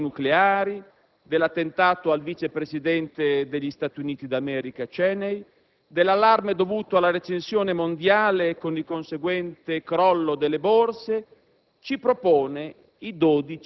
e, nel momento di timori nucleari, dell'attentato al vice presidente degli Stati Uniti d'America Cheney, dell'allarme dovuto alla recessione mondiale con il conseguente crollo delle borse,